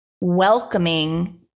welcoming